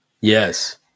Yes